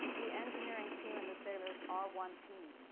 the engineering team and the sailors are one team.